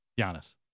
Giannis